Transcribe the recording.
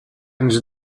ens